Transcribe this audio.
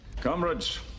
comrades